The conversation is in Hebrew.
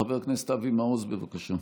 חבר הכנסת אבי מעוז, בבקשה.